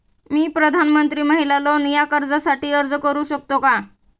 मी प्रधानमंत्री महिला लोन या कर्जासाठी अर्ज करू शकतो का?